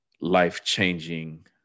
life-changing